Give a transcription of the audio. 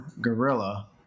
gorilla